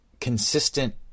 consistent